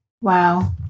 Wow